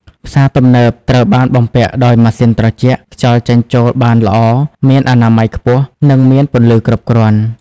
ផ្សារទំនើបត្រូវបានបំពាក់ដោយម៉ាស៊ីនត្រជាក់ ខ្យល់ចេញចូលបានល្អ មានអនាម័យខ្ពស់ និងមានពន្លឺគ្រប់គ្រាន់។